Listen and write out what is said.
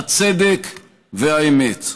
הצדק והאמת.